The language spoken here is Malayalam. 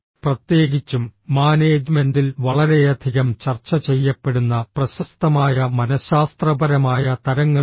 പ്രത്യേകിച്ചും മാനേജ്മെന്റിൽ വളരെയധികം ചർച്ച ചെയ്യപ്പെടുന്ന പ്രശസ്തമായ മനഃശാസ്ത്രപരമായ തരങ്ങളുണ്ട്